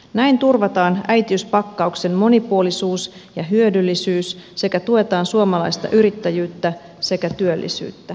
näin turvataan äitiyspakkauksen monipuolisuus ja hyödyllisyys sekä tuetaan suomalaista yrittäjyyttä sekä työllisyyttä